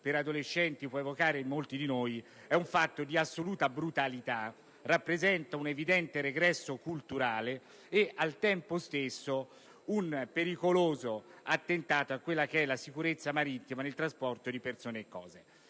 per adolescenti può evocare in molti di noi, è un fatto di assoluta brutalità: rappresenta un evidente regresso culturale e al tempo stesso un pericoloso attentato alla sicurezza marittima nel trasposto di persone e cose.